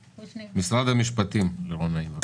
לירון נעים ממשרד המשפטים, בבקשה.